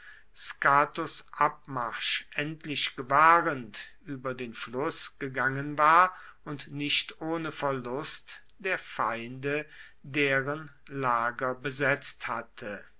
scatos abmarsch endlich gewahrend über den fluß gegangen war und nicht ohne verlust der feinde deren lager besetzt hatte